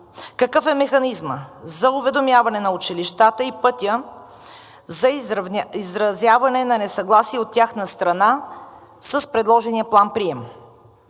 Какъв е механизмът за уведомяване на училищата и пътят за изразяване на несъгласие от тяхна страна с предложения план-прием?